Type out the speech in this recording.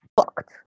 fucked